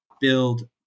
build